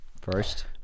First